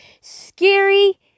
Scary